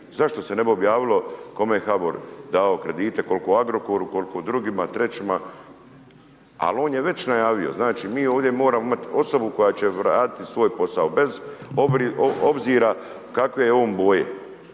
Zašto se ne bi objavilo kome je HABOR dao kredite, kolko Agrokoru, kolko drugima trećima, al on je već najavio, znači mi ovdje moramo imati osobu koja će raditi svoj posao bez obzira kakve je on boje,